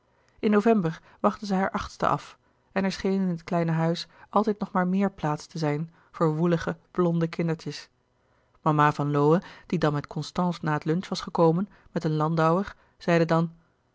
in november wachtte zij haar achtste af en er scheen in het kleine huis altijd nog maar meer plaats te zijn voor woelige blonde kindertjes mama van lowe die dan met constance na het lunch was gekomen met een landauer zeide dan